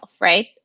right